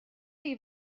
chi